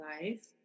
life